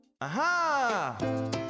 Aha